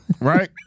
right